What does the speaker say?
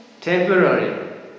temporary